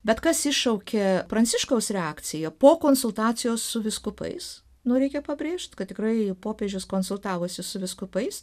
bet kas iššaukė pranciškaus reakciją po konsultacijos su vyskupais nu reikia pabrėžt kad tikrai popiežius konsultavosi su vyskupais